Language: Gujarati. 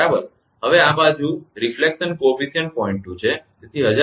હવે આ બાજુ પ્રતિબિંબ ગુણાંક 0